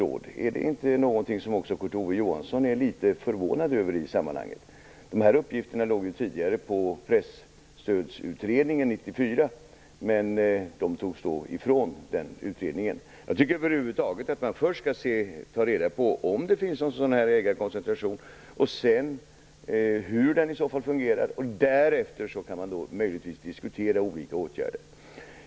Men är inte också Kurt Ove Johansson litet förvånad över att man sedan inrättar ett permanent råd? Dessa uppgifter låg tidigare på Presstödsutredningen 94, men de togs ifrån den utredningen. Jag tycker över huvud taget att man först skall ta reda på om det finns en ägarkoncentration och hur den i så fall fungerar, och därefter kan man möjligtvis diskutera olika åtgärder.